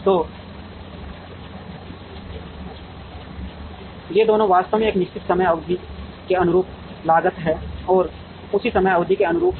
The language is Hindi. तो कि ये दोनों वास्तव में एक निश्चित समय अवधि के अनुरूप लागत और उसी समय अवधि के अनुरूप हैं